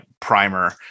primer